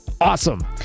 awesome